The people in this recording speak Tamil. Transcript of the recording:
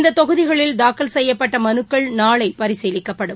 இந்தத் தொகுதிகளில் தாக்கல் செய்யப்பட்டமனுக்கள் நாளைபரிசீலிக்கப்படும்